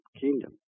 kingdom